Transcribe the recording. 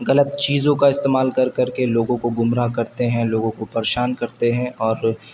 غلط چیزوں کا استعمال کر کر کے لوگوں کو گمراہ کرتے ہیں لوگوں کو پریشان کرتے ہیں اور